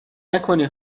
نکنی